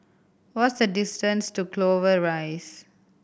what's the distance to Clover Rise